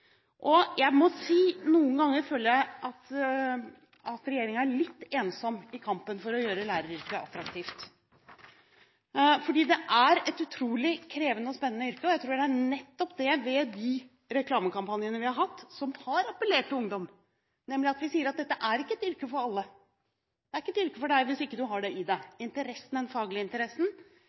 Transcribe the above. uttelling. Jeg må si: Noen ganger føler jeg at regjeringen er litt ensom i kampen for å gjøre læreryrket attraktivt. Det er et utrolig krevende og spennende yrke, og jeg tror det er nettopp det ved de reklamekampanjene vi har hatt som har appellert til ungdom, nemlig at vi sier at dette ikke er et yrke for alle. Det er ikke et yrke for deg, hvis du ikke har i deg den faglige interessen,